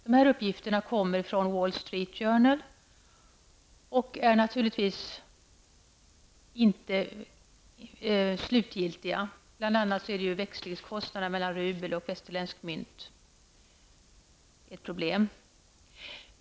Dessa uppgifter kommer från Wall Street Journal och är naturligtvis inte slutgiltiga. Det tillkommer bl.a. växlingskostnader mellan rubel och västerländsk valuta, och det är ett problem.